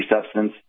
substance